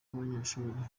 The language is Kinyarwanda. w’abanyeshuri